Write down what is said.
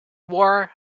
war